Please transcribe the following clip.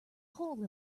hole